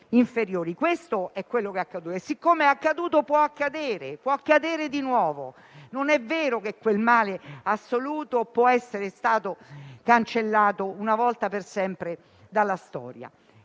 Questo è quello che è accaduto e, siccome è accaduto, può accadere di nuovo. Non è vero che quel male assoluto è stato cancellato una volta e per sempre dalla storia.